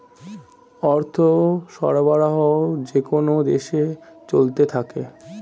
অর্থ সরবরাহ যেকোন দেশে চলতে থাকে